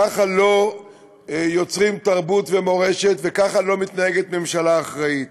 ככה לא יוצרים תרבות ומורשת וככה לא מתנהגת ממשלה אחראית.